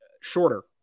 shorter